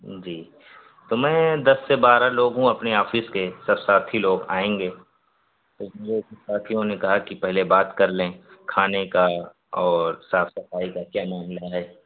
جی تو میں دس سے بارہ لوگ ہوں اپنے آفس کے سب ساتھی لوگ آئیں گے تو وہ ساتھیوں نے کہا کہ پہلے بات کر لیں کھانے کا اور صاف صفائی کا کیا معاملہ ہے